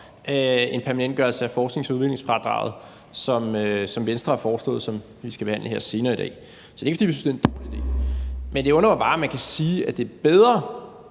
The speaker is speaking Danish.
en permanentgørelse af forsknings- og udviklingsfradraget, som Venstre har foreslået, og som vi skal behandle her senere i dag. Det undrer mig bare, at man kan sige, at det er bedre